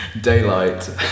Daylight